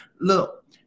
Look